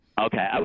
Okay